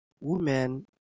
women